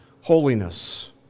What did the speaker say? holiness